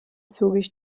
zügig